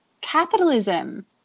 capitalism